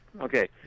Okay